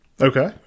Okay